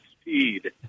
speed